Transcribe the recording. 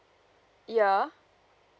ya